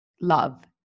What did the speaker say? love